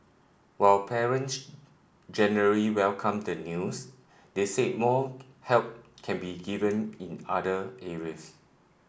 while parents generally welcomed the news they said more help can be given in other areas